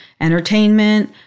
entertainment